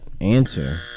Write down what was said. Answer